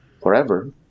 forever